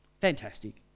Fantastic